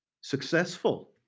successful